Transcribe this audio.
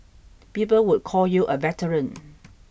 people would call you a veteran